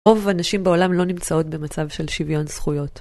רוב הנשים בעולם לא נמצאות במצב של שוויון זכויות.